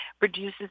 reduces